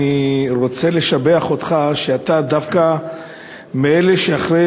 אני רוצה לשבח אותך כי אתה דווקא מאלה שאחרי